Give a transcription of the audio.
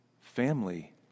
Family